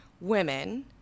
women